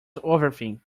overthink